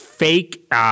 Fake